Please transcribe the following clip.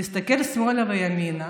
להסתכל שמאלה וימינה,